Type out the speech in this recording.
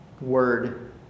word